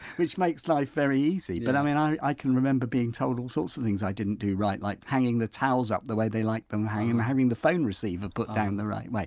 which makes life very easy. but um and i i can remember being told all sorts of things i didn't do right, like hanging the towels up the way they like them hanging and having the phone receiver put down the right way.